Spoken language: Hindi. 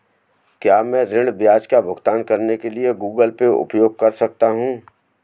क्या मैं ऋण ब्याज का भुगतान करने के लिए गूगल पे उपयोग कर सकता हूं?